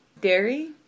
dairy